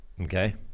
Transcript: Okay